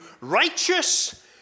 righteous